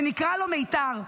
שנקרע לו מיתר,